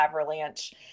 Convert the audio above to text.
Avalanche